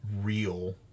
real